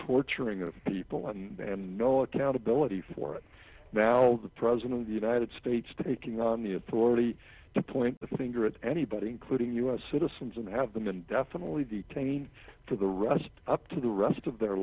torturing of people and no accountability for it now the president of the united states taking on the authority to point the finger at anybody including u s citizens and have them indefinitely detained for the rest up to the rest of their